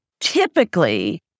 typically